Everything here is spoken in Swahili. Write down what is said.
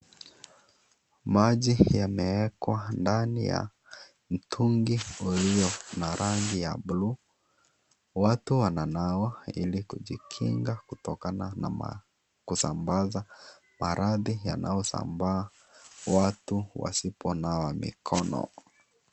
Maji yamewekwa ndani ya mtungi ulio na rangi ya buluu. Watu wananawa ili kujikinga kutoka na kusambaza maradhi yanayosambaa watu wasiponawa mikono.